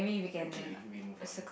again we move on